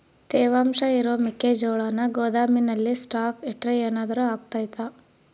ತೇವಾಂಶ ಇರೋ ಮೆಕ್ಕೆಜೋಳನ ಗೋದಾಮಿನಲ್ಲಿ ಸ್ಟಾಕ್ ಇಟ್ರೆ ಏನಾದರೂ ಅಗ್ತೈತ?